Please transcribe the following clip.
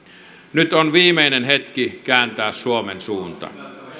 nyt on viimeinen hetki kääntää suomen suunta